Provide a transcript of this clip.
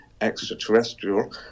extraterrestrial